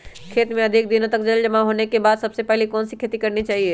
खेत में अधिक दिनों तक जल जमाओ होने के बाद सबसे पहली कौन सी खेती करनी चाहिए?